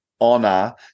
honor